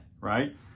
right